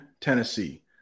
Tennessee